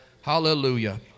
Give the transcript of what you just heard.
Hallelujah